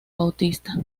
bautista